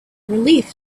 relieved